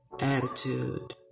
attitude